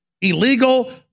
Illegal